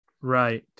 Right